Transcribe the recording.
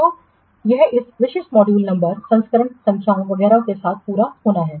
तो यह इस विशिष्ट मॉड्यूल नंबर संस्करण संख्याओं वगैरह के साथ पूरा होना है